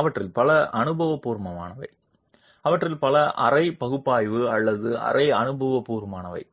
அவற்றில் பல அனுபவபூர்வமானவை அவற்றில் பல அரை பகுப்பாய்வு அல்லது அரை அனுபவபூர்வமானவை